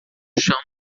chão